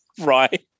right